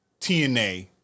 TNA